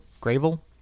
Gravel